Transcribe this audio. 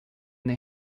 they